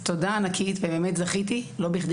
אז תודה ענקית, באמת זכיתי.